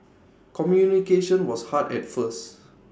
communication was hard at first